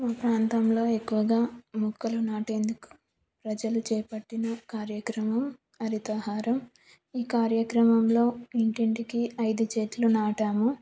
మా ప్రాంతంలో ఎక్కువగా మొక్కలు నాటేందుకు ప్రజలు చేపట్టిన కార్యక్రమం హరితహారం ఈ కార్యక్రమంలో ఇంటింటికి ఐదు చెట్లు నాటాము